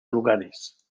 lugares